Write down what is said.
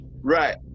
right